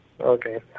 Okay